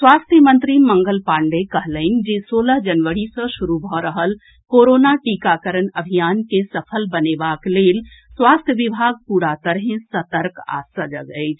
स्वास्थ्य मंत्री मंगल पाण्डेय कहलनि जे सोलह जनवरी सँ शुरू भऽ रहल कोरोना टीकाकरण अभियान के सफल बनेबाक लेल स्वास्थ्य विभाग पूरा तरहे सतर्क आ सजग अछि